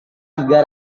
tiga